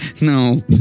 No